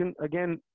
again